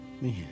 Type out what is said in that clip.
Man